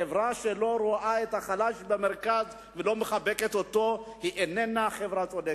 חברה שלא רואה את החלש במרכז ולא מחבקת אותו איננה חברה צודקת.